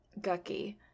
Gucky